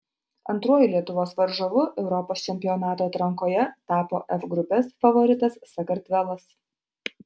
antruoju lietuvos varžovu europos čempionato atrankoje tapo f grupės favoritas sakartvelas